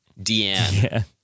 Deanne